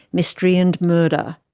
mystery and murder.